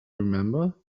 remember